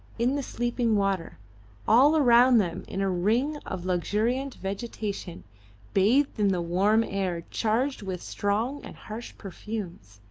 in the sleeping water all around them in a ring of luxuriant vegetation bathed in the warm air charged with strong and harsh perfumes,